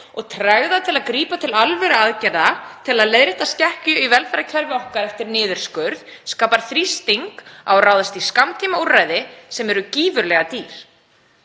og tregða til að grípa til alvöruaðgerða til að leiðrétta skekkju í velferðarkerfi okkar eftir niðurskurð skapar þrýsting á að ráðast í skammtímaúrræði sem eru gífurlega dýr.